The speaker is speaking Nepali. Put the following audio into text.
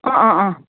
अँ अँ अँ